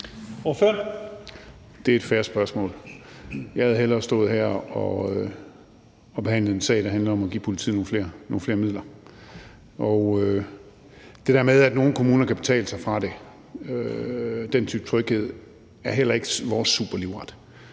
Det er et fair spørgsmål. Jeg havde hellere stået her og behandlet en sag, der handlede om at give politiet nogle flere midler. Og den type tryghed med, at nogle kommuner kan betale sig fra det, er heller ikke vores superlivret.